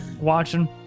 watching